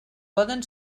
poden